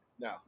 No